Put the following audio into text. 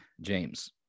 James